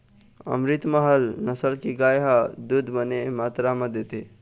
अमरितमहल नसल के गाय ह दूद बने मातरा म देथे